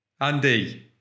Andy